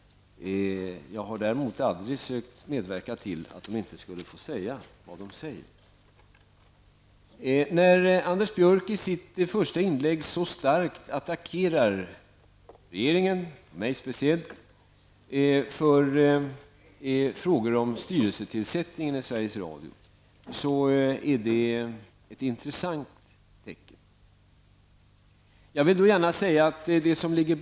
Däremot har jag aldrig försökt att medverka till att de inte skall få säga vad de vill säga. När Anders Björck i sitt första inlägg så starkt attackerade regeringen, och mig speciellt, för frågor om styrelsetillsättningen i Sveriges Radio är detta ett intressant tecken.